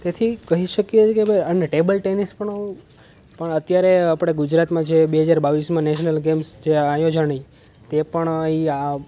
તેથી કહી શકીએ અને ટેબલ ટેનિસ પણ પણ અત્યારે આપણે ગુજરાતમાં જે બે હજાર બાવીસમાં નેશનલ ગેમ્સ છે આયોજાઈ તે પણ એ આ